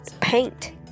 paint